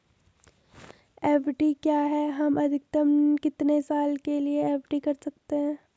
FD क्या है हम अधिकतम कितने साल के लिए एफ.डी कर सकते हैं?